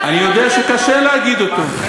אני יודע שקשה להגיד אותו,